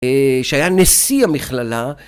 ‫שהיה נשיא המכללה.